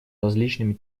различными